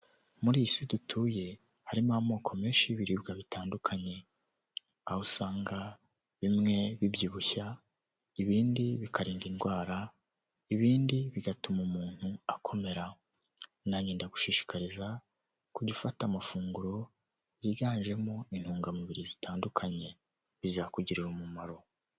Muri iyi si dutuye harimo amoko menshi y'ibiribwa bitandukanye aho usanga bimwe bibyibushya, ibindi bikarinda indwara, ibindi bigatuma umuntu akomera nange ndagushishikariza kujya ufata amafunguro yiganjemo intungamubiri zitandukanye bizakugirira umumaro.